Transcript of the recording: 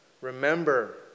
remember